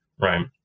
right